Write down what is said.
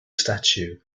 statue